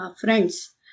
friends